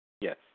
Yes